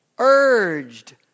urged